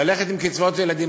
ללכת עם קצבאות הילדים.